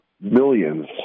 millions